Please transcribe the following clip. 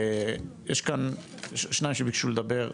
יש כאן שניים שביקשו לדבר.